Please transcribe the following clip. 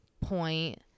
point